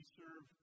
serve